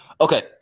Okay